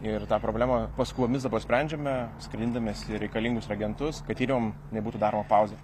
ir tą problemą paskubomis dabar sprendžiame skraidindamiesi reikalingus reagentus kad tyrimam nebūtų daroma pauzė